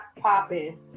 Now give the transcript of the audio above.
popping